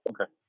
Okay